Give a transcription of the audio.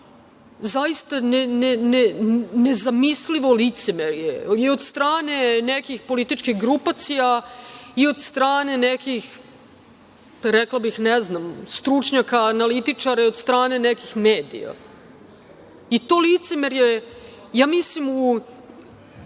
zaista nezamislivo licemerje i od strane nekih političkih grupacija i od strane nekih, rekla bih, ne znam, stručnjaka, analitičara i od strane nekih medija. To licemerje, ja mislim u